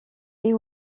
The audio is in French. est